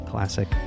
classic